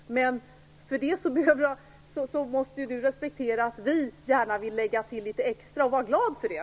Men trots det måste Leo Persson respektera att vi gärna vill lägga till litet extra och vara glad för det.